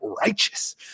righteous